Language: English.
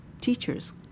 teachers